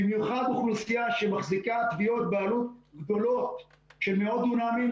במיוחד אוכלוסייה שמחזיקה תביעות בעלות גדולות של מאות דונמים,